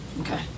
Okay